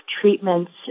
treatments